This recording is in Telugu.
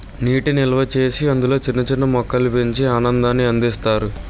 నీటి నిల్వచేసి అందులో చిన్న చిన్న మొక్కలు పెంచి ఆనందాన్ని అందిస్తారు